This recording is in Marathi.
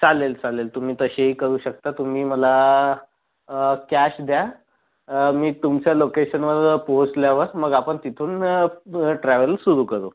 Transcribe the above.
चालेल चालेल तुम्ही तसेही करू शकता तुम्ही मला कॅश द्या मी तुमच्या लोकेशनवर पोहचल्यावर मग आपण तिथून ट्रॅव्हल सुरू करू